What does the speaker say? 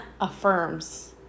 affirms